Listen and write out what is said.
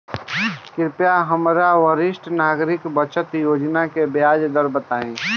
कृपया हमरा वरिष्ठ नागरिक बचत योजना के ब्याज दर बताइं